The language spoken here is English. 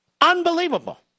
Unbelievable